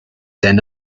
than